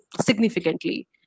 significantly